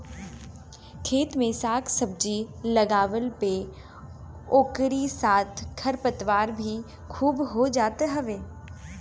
खेत में साग सब्जी लगवला पे ओकरी साथे खरपतवार भी खूब हो जात हवे